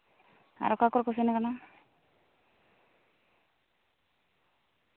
ᱟᱨ ᱚᱠᱟ ᱠᱚᱨᱮ ᱠᱚ ᱥᱮᱱ ᱠᱟᱱᱟ